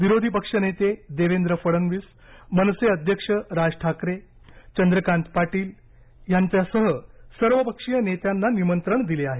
विरोधी पक्षनेते देवेंद्र फडणवीस मनसे अध्यक्ष राज ठाकरे चंद्रकांत पाटील यांच्यासह सर्वपक्षीय नेत्यांना निमंत्रण दिले आहे